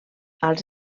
als